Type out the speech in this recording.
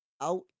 out